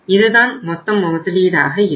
இதுதான் மொத்த முதலீடாக இருக்கும்